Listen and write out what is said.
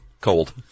cold